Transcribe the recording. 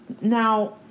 Now